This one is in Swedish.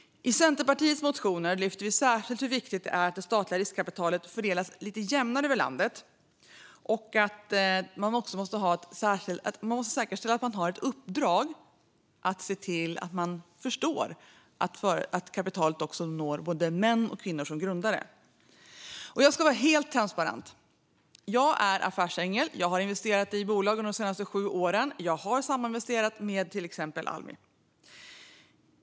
I Centerpartiets motioner lyfter vi särskilt fram hur viktigt det är att det statliga riskkapitalet fördelas lite jämnare över landet och att man också måste säkerställa uppdraget att se till att kapitalet når både män och kvinnor som grundare. Jag ska vara helt transparent: Jag är affärsängel. Jag har investerat i bolag de senaste sju åren. Jag har saminvesterat med till exempel Almi.